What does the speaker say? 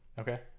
okay